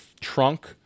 Trunk